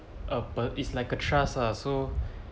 uh but it's like a trust ah so